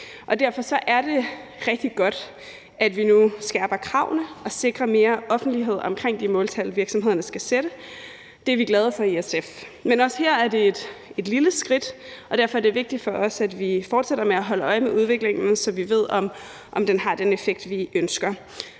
Derfor er det rigtig godt, at vi nu skærper kravene og sikrer mere offentlighed omkring de måltal, virksomhederne skal sætte. Det er vi glade for i SF. Men også her er det et lille skridt, og derfor er det vigtigt for os, at vi fortsætter med at holde øje med udviklingen, så vi ved, om det har den effekt, vi ønsker.